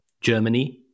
Germany